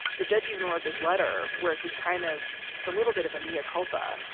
the judge even wrote this letter where he kind of it's a little bit of a mea ah culpa,